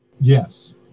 Yes